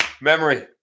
Memory